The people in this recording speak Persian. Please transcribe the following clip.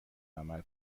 عمل